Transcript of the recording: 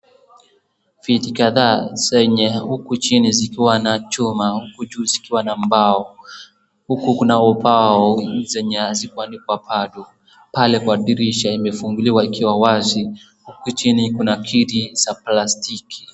Viti kadhaa zenye huku chini zikiwa na chuma huku juu zikiwa na mbao. Huku kuna ubao zenye hazikuandikwa bado. Pale kwa dirisha imefunguliwa ikiwa wazi huku chini kuna kiti za plastiki.